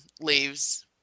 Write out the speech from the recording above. leaves